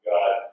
God